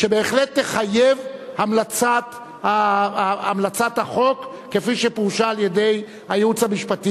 שבהחלט תחייב המלצת החוק כפי שפורשה על-ידי הייעוץ המשפטי.